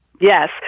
yes